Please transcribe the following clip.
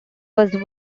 was